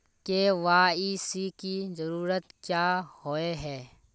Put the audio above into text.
KYC की जरूरत क्याँ होय है?